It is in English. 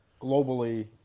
globally